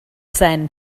sand